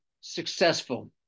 successful